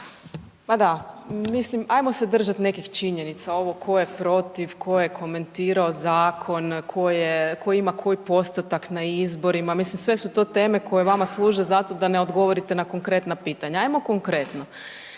Pa da, ajmo se držat nekih činjenica ovo tko je protiv, tko je komentirao zakon, tko je, tko ima koji postotak na izborima, mislim sve su to teme koje vama služe za to da ne odgovorite na konkretna pitanja, ajmo konkretno.